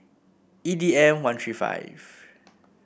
E D M one three five